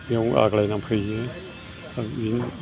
बेयाव आग्लायना फैयो दा बेनो